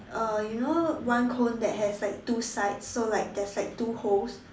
uh you know one cone that has like two sides so like there's like two holes